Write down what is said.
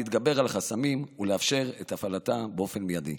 להתגבר על חסמים ולאפשר את הפעלתם באופן מיידי.